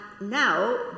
now